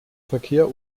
verkehr